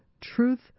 Truth